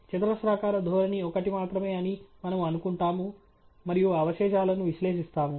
చతురస్రాకార ధోరణి ఒకటి మాత్రమే అని మనము అనుకుంటాము మరియు అవశేషాలను విశ్లేషిస్తాము